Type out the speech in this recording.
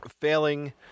failing